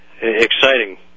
exciting